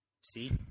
See